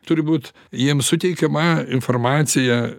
turi būt jiem suteikiama informacija